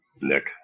Nick